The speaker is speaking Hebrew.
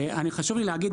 חשוב לי להגיד,